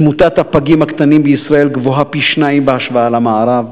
תמותת הפגים הקטנים בישראל גבוהה פי-שניים בהשוואה למערב.